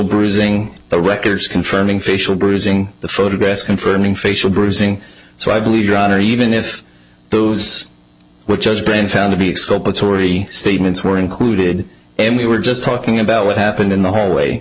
bruising the records confirming facial bruising the photographs confirming facial bruising so i believe your honor even if those which has been found to be exculpatory statements were included and we were just talking about what happened in the hallway